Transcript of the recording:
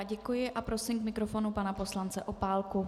Děkuji a prosím k mikrofonu pana poslance Opálku.